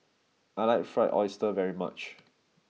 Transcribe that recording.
I like Fried Oyster very much